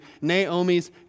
Naomi's